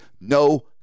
no